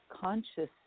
consciousness